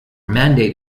mandate